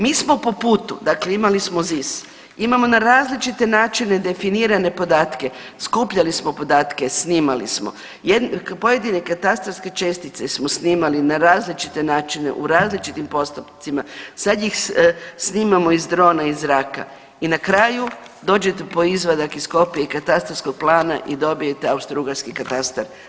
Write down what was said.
Mi smo po putu, dakle imali smo ZIS, imamo na različite načine definirane podatke, skupljali smo podatke, snimali smo, pojedine katastarske čestice smo snimali na različite načine u različitim postupcima, sad ih snimamo iz drona iz zraka i na kraju dođete po izvadak iz kopije katastarskog plana i dobije austrougarski katastar.